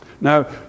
Now